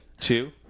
two